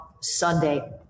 Sunday